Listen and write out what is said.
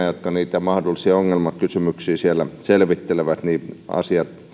jotka niitä mahdollisia ongelmakysymyksiä siellä selvittelevät ovat liian tuttuja kavereita keskenään asiat